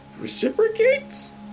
reciprocates